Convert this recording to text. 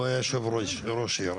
הוא היה ישוב ראש עיר,